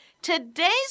Today's